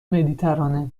مدیترانه